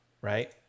Right